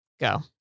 Go